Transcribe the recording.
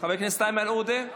חבר הכנסת איימן עודה,